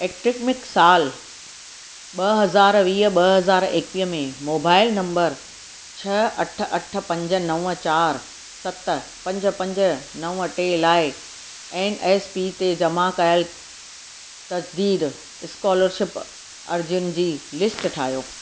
academic साल ॿ हज़ार वीह ॿ हज़ार एकवीह में मोबाइल नंबर छह अठ अठ पंज नव चारि सत पंज पंज नव टे लाइ एन एस पी ते जमा कयल तज़दीद स्कोलरशिप अर्जियुनि जी लिस्ट ठाहियो